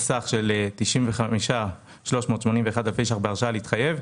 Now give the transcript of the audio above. בהוצאה בסך של 95,381 אלפי שקלים בהרשאה להתחייב,